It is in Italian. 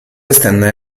estende